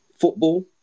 football